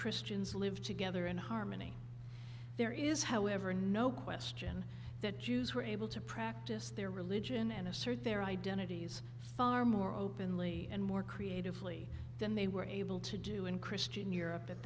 christians live together in harmony there is however no question that jews were able to practice their religion and assert their identities far more openly and more creatively than they were able to do in christian europe at